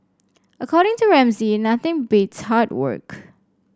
according to Ramsay nothing beats hard work